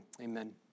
Amen